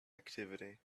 activity